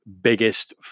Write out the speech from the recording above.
biggest